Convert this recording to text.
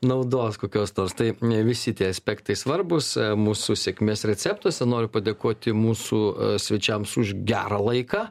naudos kokios nors tai visi tie aspektai svarbūs mūsų sėkmės receptuose noriu padėkoti mūsų svečiams už gerą laiką